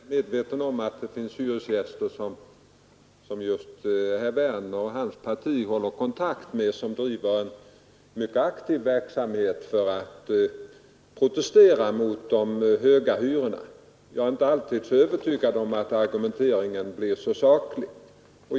Fru talman! Jag är väl medveten om att det finns hyresgäster, som herr Werner i Tyresö och hans parti håller kontakt med och som bedriver en mycket aktiv verksamhet för att protestera mot höga hyror. Jag är inte övertygad om att argumenteringen alltid blir särskilt saklig.